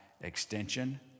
extension